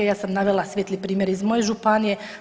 Ja sam navela svijetli primjer iz svoje županije.